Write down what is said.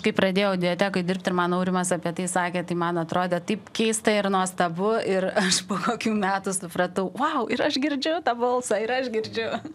kai pradėjau audiotekoj dirbt ir man aurimas apie tai sakė tai man atrodė taip keista ir nuostabu ir aš po kokių metų supratau vau ir aš girdžiu tą balsą ir aš girdžiu